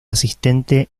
asistente